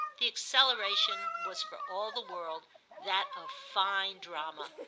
the acceleration, was for all the world that of fine drama.